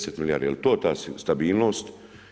10 milijardi, jel to ta stabilnost?